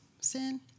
sin